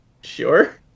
Sure